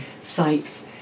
sites